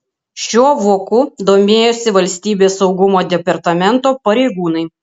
šiuo voku domėjosi valstybės saugumo departamento pareigūnai